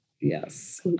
Yes